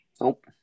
Nope